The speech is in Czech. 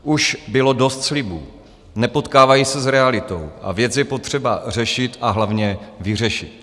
Už bylo dost slibů, nepotkávají se s realitou a věc je potřeba řešit, a hlavně vyřešit.